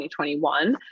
2021